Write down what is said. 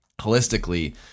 holistically –